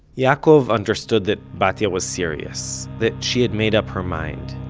yaakov understood that batya was serious. that she had made up her mind.